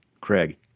craig